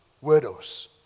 Widows